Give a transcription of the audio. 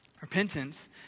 Repentance